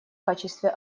качестве